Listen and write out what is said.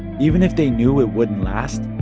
even if they knew it wouldn't last,